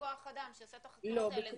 כוח אדם שיעשה את החקירות האלה.